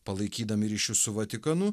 palaikydami ryšius su vatikanu